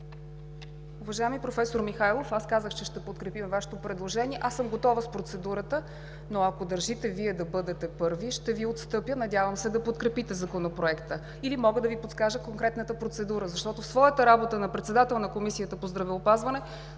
Уважаеми професор Михайлов, аз казах, че ще подкрепим Вашето предложение. Готова съм с процедурата, но ако Вие държите да бъдете първи, ще Ви отстъпя. Надявам се да подкрепите Законопроекта. Мога и да Ви подскажа конкретната процедура, защото в своята работа като председател на Комисията по здравеопазване